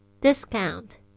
discount